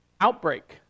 outbreak